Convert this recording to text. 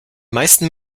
meisten